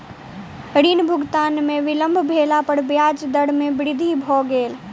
ऋण भुगतान में विलम्ब भेला पर ब्याज दर में वृद्धि भ गेल